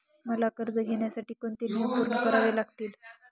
मला कर्ज घेण्यासाठी कोणते नियम पूर्ण करावे लागतील?